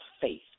faith